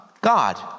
God